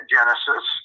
Genesis